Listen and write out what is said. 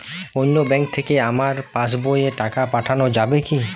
অন্য ব্যাঙ্ক থেকে আমার পাশবইয়ে টাকা পাঠানো যাবে কি?